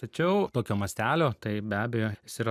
tačiau tokio mastelio tai be abejo jis yra